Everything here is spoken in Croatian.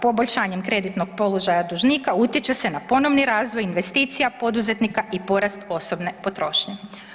Poboljšanjem kreditnog položaja dužnika utječe se na ponovni razvoj investicija poduzetnika i porast osobne potrošnje.